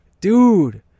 Dude